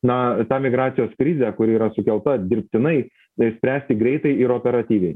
na tą migracijos krizę kuri yra sukelta dirbtinai išspręsti greitai ir operatyviai